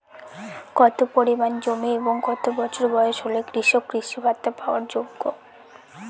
কত পরিমাণ জমি এবং কত বছর বয়স হলে কৃষক কৃষি ভাতা পাওয়ার যোগ্য?